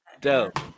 Dope